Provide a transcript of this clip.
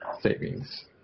savings